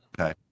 Okay